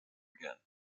again